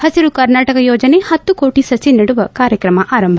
ಹಸಿರು ಕರ್ನಾಟಕ ಯೋಜನೆ ಹತ್ತು ಕೋಟಿ ಸಸಿ ನೆಡುವ ಕಾರ್ಯಕ್ರಮ ಆರಂಭ